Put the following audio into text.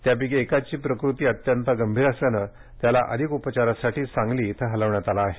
त्यापैकी एकाची प्रकृती अत्यंत गंभीर असल्यानं त्याला अधिक उपचारासाठी सांगली इथं हलवण्यात आलं आहे